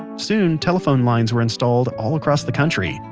soon, telephone lines were installed all across the country.